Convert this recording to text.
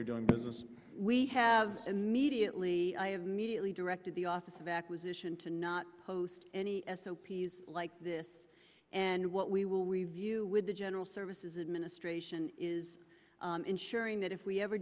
you're doing business we have immediately mediately directive the office of acquisition to not post any s o p s like this and what we will review with the general services administration is ensuring that if we ever